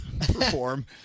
perform